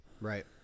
Right